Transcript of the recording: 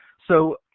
so,